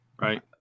right